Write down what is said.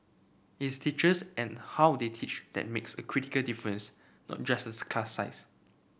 is teachers and how they teach that makes a critical difference not just the class size